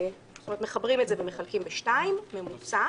כלומר מחברים את זה ומחלקים בשתיים, עושים ממוצע